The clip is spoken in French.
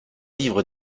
livre